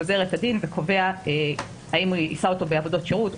גוזר את הדין וקובע האם הוא יישא אותו בעבודות שירות,